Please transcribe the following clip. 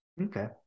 okay